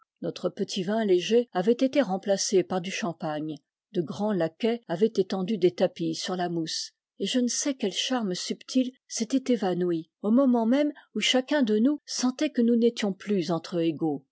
notre petit vin léger avait été remplacé par du champagne de grands laquais avaient étendu des tapis sur la mousse et je ne sais quel charme subtil s'était évanoui au moment même où chacun de nous sentait que nous n'étions plus entre égaux